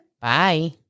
Bye